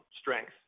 strength